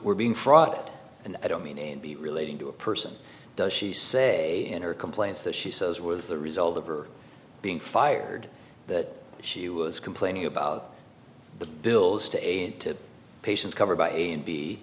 were being fraud and i don't mean to be relating to a person does she say in her complaints that she says was the result of or being fired that she was complaining about the bills to aid to patients covered by a and b